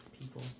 people